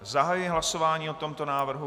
Zahajuji hlasování o tomto návrhu.